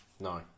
No